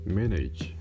manage